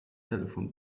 telephone